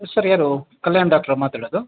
sir ಯಾರು ಕಲ್ಯಾಣ್ ಡಾಕ್ಟ್ರಾ ಮಾತಾಡೋದು